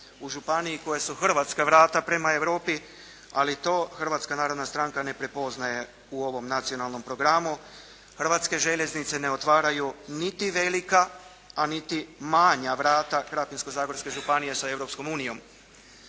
u županiji koja su hrvatska vrata prema Europi ali to Hrvatska narodna stranka ne prepoznaje u ovom nacionalnom programu. Hrvatske željeznice ne otvaraju niti velika a niti manja vrata Krapinsko-zagorske županije sa Europskom unijom.